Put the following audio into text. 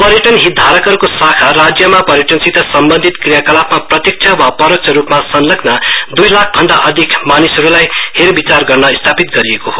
पर्यटन हितधारकहरूको शाखा राज्यमा पर्यटनसित सम्बन्धित क्रियाकलापमा प्रत्यक्ष वा परोक्ष रूपमा संलग्न द्ई लाखभन्दा अधिक मानिसहरूलाई हेर विचार गर्न स्थापित गरिएको हो